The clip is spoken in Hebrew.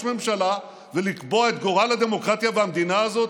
ממשלה ולקבוע את גורל הדמוקרטיה במדינה הזאת,